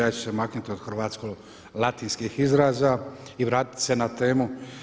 Ja ću se maknuti od hrvatsko latinskih izraza i vratiti se na temu.